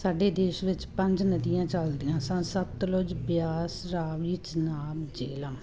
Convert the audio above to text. ਸਾਡੇ ਦੇਸ਼ ਵਿੱਚ ਪੰਜ ਨਦੀਆਂ ਚਲਦੀਆਂ ਸਨ ਸਤਲੁਜ ਬਿਆਸ ਰਾਵੀ ਚਨਾਬ ਜੇਹਲਮ